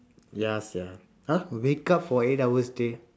ya sia !huh! wake up for eight hour straight